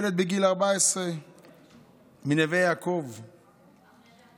ילד בגיל 14 מנווה יעקב נרצח,